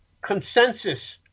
consensus